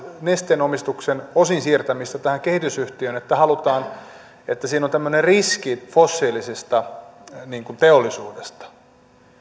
nesteen omistuksen osin siirtämistä tähän kehitysyhtiöön että siinä on tämmöinen riski fossiilisesta teollisuudesta